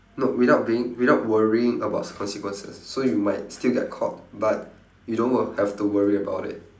no without being without worrying about consequences so you might still get caught but you don't wo~ have to worry about it